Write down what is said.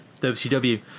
WCW